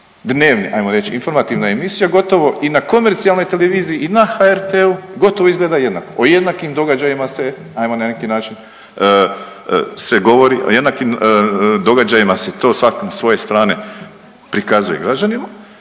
Dnevnik, ajmo reći informativna emisija gotovo i na komercijalnoj televiziji i na HRT-u gotovo izgleda jednako, o jednakim događajima se ajmo na neki način se govori o jednakim događajima se to svak sa svoje strane prikazuje građanima